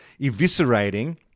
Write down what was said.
eviscerating